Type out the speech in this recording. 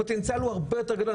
הפוטנציאל הוא הרבה יותר גדול,